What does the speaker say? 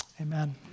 Amen